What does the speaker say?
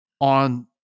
on